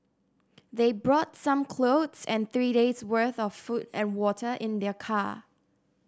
they brought some clothes and three days' worth of food and water in their car